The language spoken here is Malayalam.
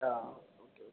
ആ ഓക്കെ ഓക്കെ